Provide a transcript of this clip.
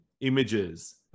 images